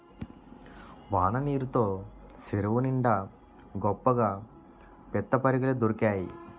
వాన నీరు తో సెరువు నిండి గొప్పగా పిత్తపరిగెలు దొరికేయి